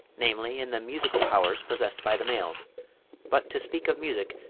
namely, in the musical powers possessed by the males but to speak of music,